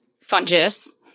fungus